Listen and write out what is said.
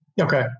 Okay